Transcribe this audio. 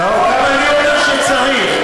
הם אומרים שאתה יכול.